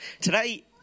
Today